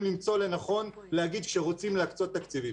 למצוא לנכון להגיד כשרוצים להקצות תקציבים.